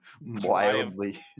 Wildly